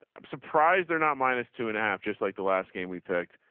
i'm surprised they're not minus two and a half. just like the last game we picked.